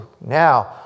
Now